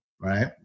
right